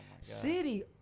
City